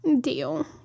deal